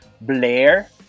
Blair